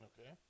Okay